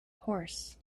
horse